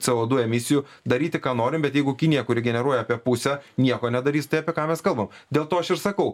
c o du emisijų daryti ką norim bet jeigu kinija kuri generuoja apie pusę nieko nedarys tai apie ką mes kalbam dėl to aš ir sakau